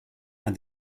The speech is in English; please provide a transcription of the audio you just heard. and